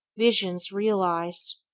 visions realized.